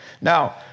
Now